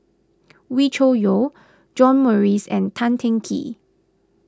Wee Cho Yaw John Morrice and Tan Teng Kee